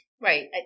right